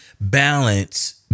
balance